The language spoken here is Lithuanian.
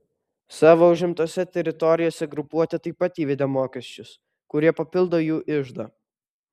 savo užimtose teritorijose grupuotė taip pat įvedė mokesčius kurie papildo jų iždą